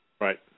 Right